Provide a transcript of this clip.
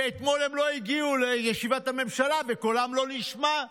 ואתמול הם לא הגיעו לישיבת הממשלה וקולם לא נשמע.